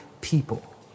people